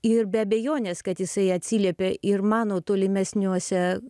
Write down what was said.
ir be abejonės kad jisai atsiliepia ir mano tolimesniuose